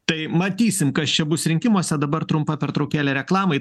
tai matysim kas čia bus rinkimuose dabar trumpa pertraukėlė reklamai